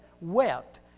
wept